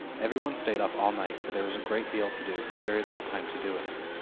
every one stayed up all night, for there was a great deal to do, and very little time to do it in.